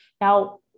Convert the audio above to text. Now